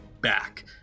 back